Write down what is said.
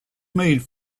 made